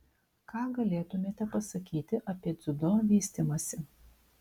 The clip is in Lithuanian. ką galėtumėte pasakyti apie dziudo vystymąsi